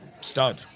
stud